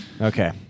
Okay